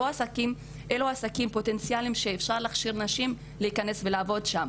אלה עסקים פוטנציאליים שאפשר להכשיר נשים להיכנס ולעבוד בהם.